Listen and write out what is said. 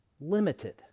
limited